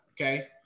okay